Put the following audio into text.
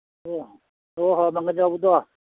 ꯑꯣ ꯑꯣ ꯃꯪꯒꯟ ꯌꯥꯎꯕꯗꯣ